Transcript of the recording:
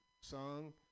song